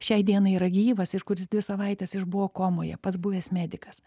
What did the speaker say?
šiai dienai yra gyvas ir kuris dvi savaites išbuvo komoje pats buvęs medikas